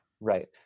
Right